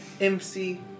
MC